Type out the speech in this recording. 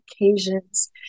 occasions